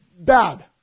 Bad